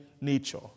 nature